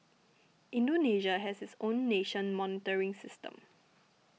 Indonesia has its own nation monitoring system